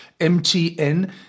MTN